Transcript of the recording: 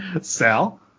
Sal